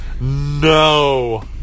No